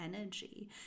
energy